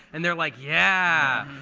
and they're like, yeah!